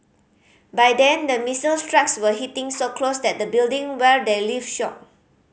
by then the missile strikes were hitting so close that the building where they lived shook